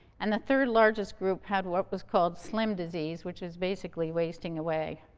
and the third largest group had what was called slim disease which is basically wasting away.